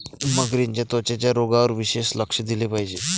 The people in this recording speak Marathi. मगरींच्या त्वचेच्या रोगांवर विशेष लक्ष दिले पाहिजे